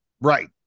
Right